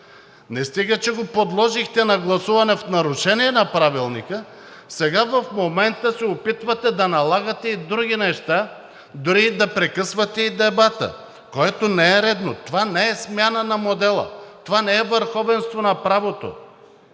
Не стига, че го подложихте на гласуване в нарушение на Правилника, сега в момента се опитвате да налагате и други неща, дори и да прекъсвате и дебата, което не е редно. Това не е смяна на модела. Това не е върховенство на правото.